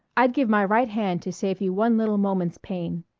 i'd give my right hand to save you one little moment's pain.